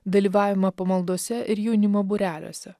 dalyvavimą pamaldose ir jaunimo būreliuose